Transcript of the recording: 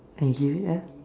and give it a